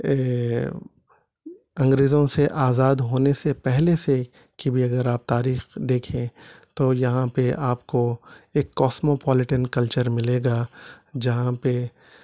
انگریزوں سے آزاد ہونے سے پہلے سے کی بھی اگر آپ تاریخ دیکھیں تو یہاں پہ آپ کو ایک کاسمو پولٹن کلچر ملے گا جہاں پہ